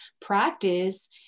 practice